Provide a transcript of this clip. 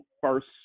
first